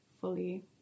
fully